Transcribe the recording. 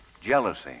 Jealousy